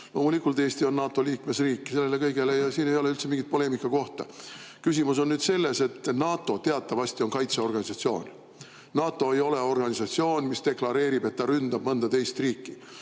loomulikult Eesti on NATO liikmesriik. Selle kõige osas ei ole üldse mingit poleemika kohta. Küsimus on selles, et NATO teatavasti on kaitseorganisatsioon. NATO ei ole organisatsioon, kes deklareerib, et ta ründab mõnda teist riiki.